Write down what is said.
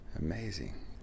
Amazing